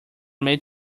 made